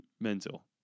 mental